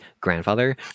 grandfather